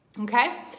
okay